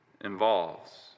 involves